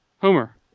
Homer